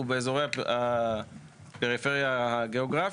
ובאזורי הפריפריה הגיאוגרפית,